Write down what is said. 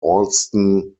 allston